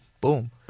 Boom